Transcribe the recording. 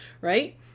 right